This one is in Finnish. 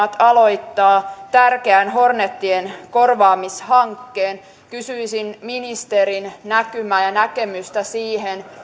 puolustusvoimat aloittaa tärkeän hornetien korvaamishankkeen kysyisin ministerin näkymää ja näkemystä siihen